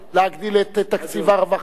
להגדיל את תקציב הרווחה,